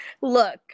Look